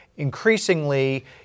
Increasingly